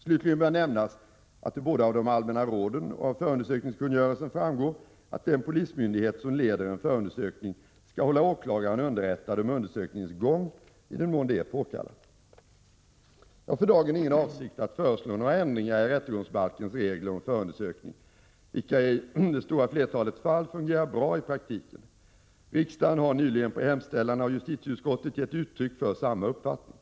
Slutligen bör nämnas att det både av de allmänna råden och av förundersökningskungörelsen framgår att den polismyndighet som leder en förundersökning skall hålla åklagaren underrättad om undersökningens gång i den mån det är påkallat. Jag har för dagen ingen avsikt att föreslå några ändringar i rättegångsbalkens regler om förundersökning, vilka i det stora flertalet fall fungerar bra i praktiken. Justitieutskottet har nyligen gett uttryck för samma uppfattning.